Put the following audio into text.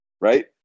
right